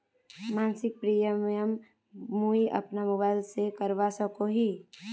मासिक प्रीमियम मुई अपना मोबाईल से करवा सकोहो ही?